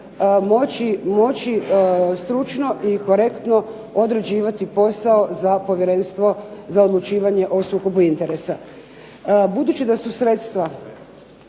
moći stručno i korektno odrađivati posao za Povjerenstvo za odlučivanje o sukobu interesa. Budući da su sredstva